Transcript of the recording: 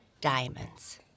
diamonds